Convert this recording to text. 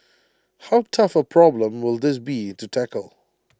how tough A problem will this be to tackle